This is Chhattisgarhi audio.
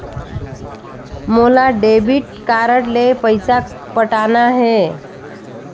मोला डेबिट कारड ले पइसा पटाना हे?